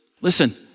Listen